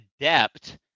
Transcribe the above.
adept